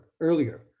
earlier